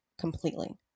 completely